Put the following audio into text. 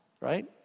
right